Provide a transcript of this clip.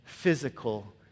physical